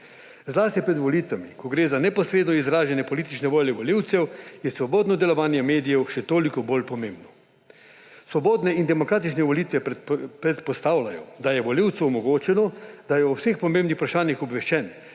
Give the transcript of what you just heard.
Zlasti pred volitvami, ko gre za neposredno izraženje politične volje volivcev, je svobodno delovanje medijev še toliko bolj pomembno. Svobodne in demokratične volitve predpostavljajo, da je volivcu omogočeno, da je o vseh pomembnih vprašanjih obveščen,